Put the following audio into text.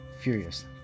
furious